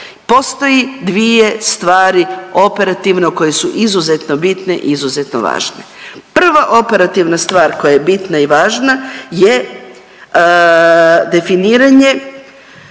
Postoje dvije stvari operativno koje su izuzetno bitne i izuzetno važne. Prva operativna stvar koja je bitna i važna je definiranje